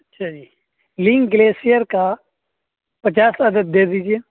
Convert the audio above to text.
اچھا جی Linc Glycer کا پچاس عدد دے دیجیے